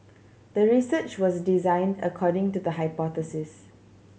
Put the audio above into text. the research was designed according to the hypothesis